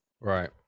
right